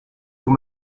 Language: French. vous